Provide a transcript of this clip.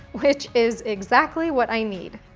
which is exactly what i need.